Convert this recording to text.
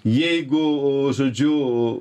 jeigu žodžiu